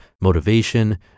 motivation